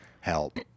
help